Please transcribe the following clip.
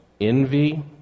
envy